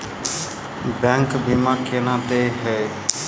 Bank बीमा केना देय है?